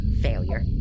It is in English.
failure